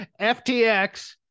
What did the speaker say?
FTX